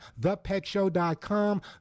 ThePetShow.com